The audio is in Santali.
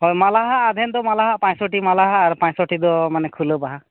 ᱦᱳᱭ ᱢᱟᱞᱟ ᱦᱟᱸᱜ ᱟᱫᱷᱮᱱ ᱫᱚ ᱢᱟᱞᱟ ᱦᱟᱸᱜ ᱯᱟᱸᱪᱥᱚᱴᱤ ᱢᱟᱞᱟ ᱦᱟᱸᱜ ᱟᱨ ᱯᱟᱸᱪᱥᱚᱴᱤ ᱫᱚ ᱢᱟᱱᱮ ᱠᱷᱩᱞᱟᱹ ᱵᱟᱦᱟ